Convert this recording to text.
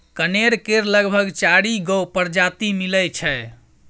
कनेर केर लगभग चारि गो परजाती मिलै छै